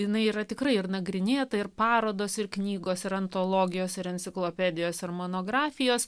jinai yra tikrai ir nagrinėta ir parodos ir knygos ir antologijos ir enciklopedijos ir monografijos